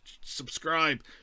subscribe